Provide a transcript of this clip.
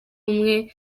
umwe